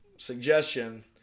suggestion